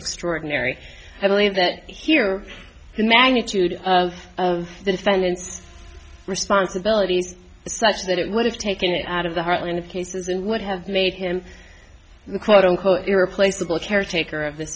extraordinary i believe that here the magnitude of the defendant's responsibilities such that it would have taken it out of the heartland of cases and would have made him the quote unquote irreplaceable caretaker of th